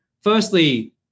firstly